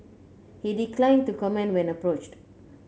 he declined to comment when approached